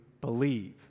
believe